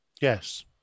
Yes